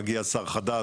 מגיע שר חדש,